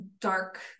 dark